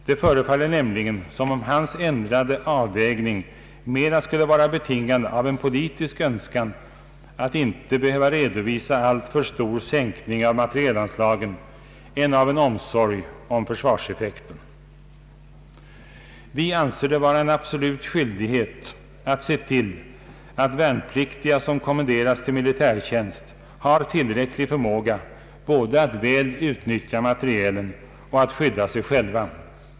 Det förefaller nämligen som om hans ändrade avvägning mera skulle vara betingad av en politisk önskan att inte behöva redovisa alltför stor sänkning av materielanslagen än av en omsorg om försvarseffekten. Vi anser det vara en absolut skyldighet att se till att värnpliktiga som kommenderas till militärtjänst har tillräcklig förmåga både att väl utnyttja materielen och att skydda sig själva.